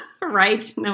right